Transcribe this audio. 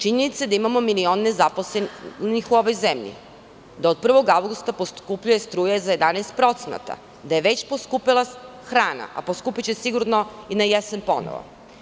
Činjenica je da imamo milion nezaposlenih u ovoj zemlji, da od 1. avgusta poskupljuje struja za 11%, da je već poskupela hrana, a poskupeće sigurno i na jesen ponovo.